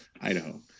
Idaho